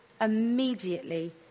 immediately